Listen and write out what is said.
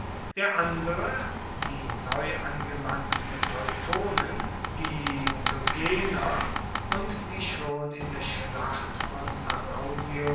der andere die neuangelangten teutonen die tougener und die schon in der schlacht von